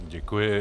Děkuji.